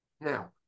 Now